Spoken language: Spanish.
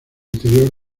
interior